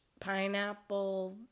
pineapple